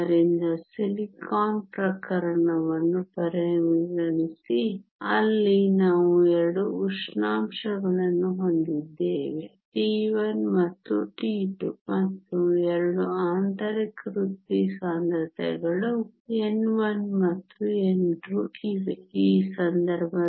ಆದ್ದರಿಂದ ಸಿಲಿಕಾನ್ ಪ್ರಕರಣವನ್ನು ಪರಿಗಣಿಸಿ ಅಲ್ಲಿ ನಾವು 2 ಉಷ್ಣಾಂಶಗಳನ್ನು ಹೊಂದಿದ್ದೇವೆ T1 ಮತ್ತು T2 ಮತ್ತು 2 ಆಂತರಿಕ ವೃತ್ತಿ ಸಾಂದ್ರತೆಗಳು n1 ಮತ್ತು n2 ಇವೆ